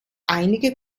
einige